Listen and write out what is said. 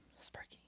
Sparky